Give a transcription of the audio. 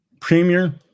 Premier